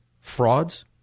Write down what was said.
frauds